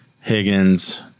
higgins